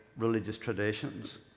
religious traditions.